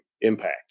impact